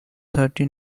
thirty